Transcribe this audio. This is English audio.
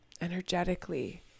energetically